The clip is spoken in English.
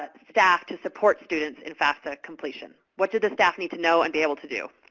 staff to support students in fafsa completion? what do the staff need to know and be able to do?